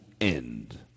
end